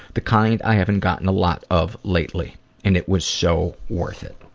the kind i haven't gotten a lot of lately and it was so worth it.